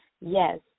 yes